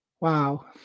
Wow